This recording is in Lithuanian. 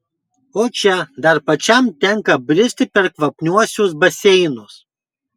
o čia dar pačiam tenka bristi per kvapniuosius baseinus